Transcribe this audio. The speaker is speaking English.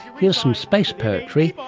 hear some space poetry,